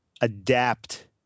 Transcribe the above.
adapt